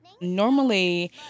Normally